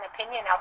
opinion